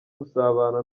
gusabana